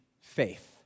faith